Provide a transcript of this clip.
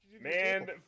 Man